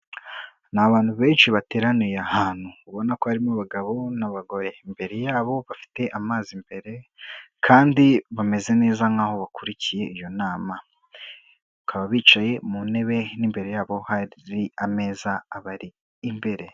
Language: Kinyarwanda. Ni abantu benshi bateraniye ahantu ubona ko harimo abagabo n'abagore, imbere yabo bafite amazi imbere kandi bameze neza nk'aho bakurikiye iyo nama. Bakaba bicaye mu ntebe n'imbere yabo hari ameza abari imbere.